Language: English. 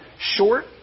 short